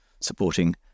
supporting